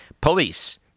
Police